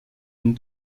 une